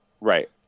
Right